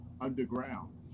underground